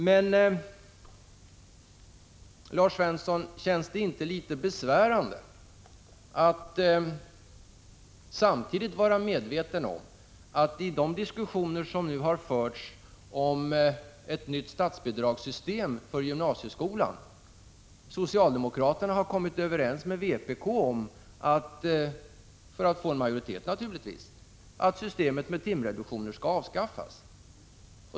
Men Lars Svensson: Känns det inte litet besvärande, när man är medveten om att socialdemokraterna i de diskussioner som förts om ett nytt statsbidragssystem för gymnasieskolan kommit överens med vpk, för att få majoritet naturligtvis, om att systemet med timreduktioner skall avskaffas?